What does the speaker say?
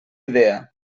idea